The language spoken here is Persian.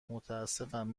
متاسفم